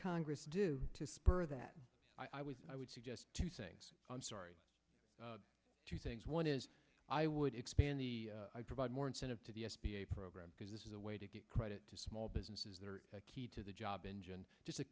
congress do to spur that i would i would suggest two things i'm sorry two things one is i would expand the provide more incentive to the s b a program because this is a way to get credit to small businesses that are key to the job engine just